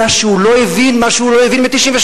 אלא שהוא לא הבין מה שהוא לא הבין ב-1996: